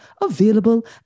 available